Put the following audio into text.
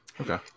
Okay